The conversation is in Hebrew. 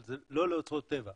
אבל זה לא לאוצרות טבע,